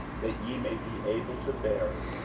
that ye may be able to bear it.